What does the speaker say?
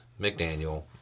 McDaniel